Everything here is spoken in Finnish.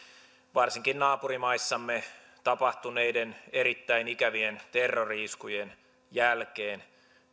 varsinkin naapurimaissamme tapahtuneiden erittäin ikävien terrori iskujen jälkeen